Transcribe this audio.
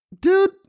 dude